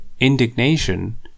Indignation